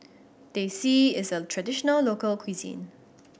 Teh C is a traditional local cuisine